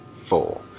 Four